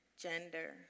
gender